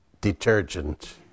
detergent